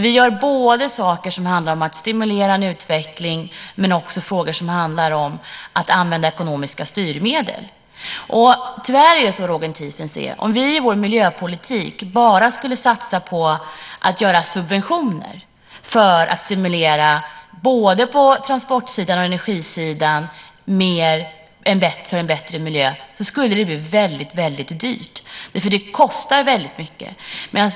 Vi gör både saker som handlar om att stimulera en utveckling och saker som handlar om att använda ekonomiska styrmedel. Tyvärr är det så, Roger Tiefensee, att om vi i vår miljöpolitik bara skulle satsa på att ge subventioner på både transportsidan och energisidan för att stimulera till en bättre miljö skulle det bli väldigt dyrt, för det kostar väldigt mycket.